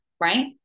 right